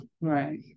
right